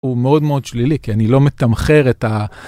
הוא מאוד מאוד שלילי כי אני לא מתמחר את ה.